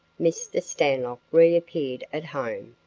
mr. stanlock reappeared at home,